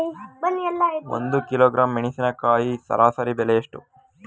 ಒಂದು ಕಿಲೋಗ್ರಾಂ ಮೆಣಸಿನಕಾಯಿ ಸರಾಸರಿ ಬೆಲೆ ಎಷ್ಟು?